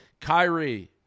Kyrie